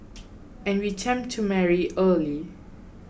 and we tend to marry early